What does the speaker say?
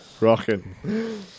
Rocking